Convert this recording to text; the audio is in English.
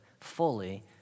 fully